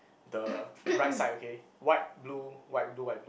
the right side okay white blue white blue white blue